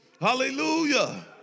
Hallelujah